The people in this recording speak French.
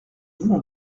vous